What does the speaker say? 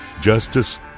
justice